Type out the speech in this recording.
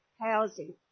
housing